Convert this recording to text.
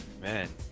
man